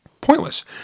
pointless